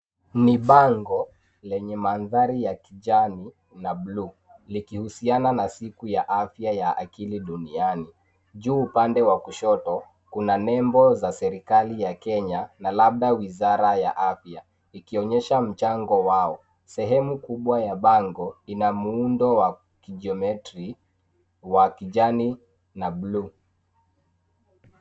Ni bango leye mandhari ya kijani na buluu, likihusiana na siku ya afya ya akili duniani. Juu upande wa kushoto, kuna nembo za serekali ya Kenya na labda wizara ya afya, ikionyesha mchango wao. Sehemu kubwa ya bango ina muundo wa kijometriki wa kijani na buluu.